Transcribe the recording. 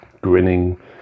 grinning